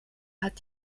hat